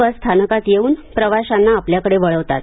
बस स्थानकात येऊन प्रवाशांना आपल्याकडे वळवतात